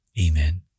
Amen